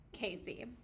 Casey